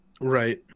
Right